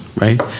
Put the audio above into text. right